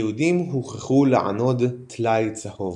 היהודים הוכרחו לענוד טלאי צהוב.